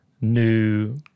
new